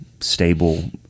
stable